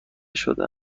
شده